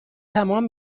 تمام